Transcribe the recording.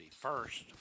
First